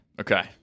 okay